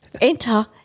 Enter